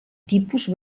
tipus